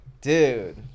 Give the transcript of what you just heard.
Dude